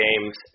games